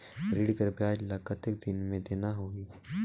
ऋण कर ब्याज ला कतेक दिन मे देना होही?